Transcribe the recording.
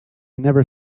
never